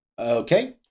okay